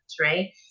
Right